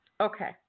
Okay